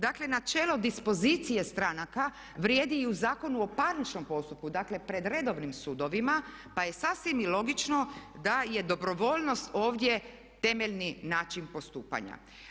Dakle, načelo dispozicije stranaka vrijedi i u Zakonu o parničnom postupku, dakle pred redovnim sudovima, pa je sasvim i logično da je dobrovoljnost ovdje temeljni način postupanja.